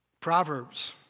Proverbs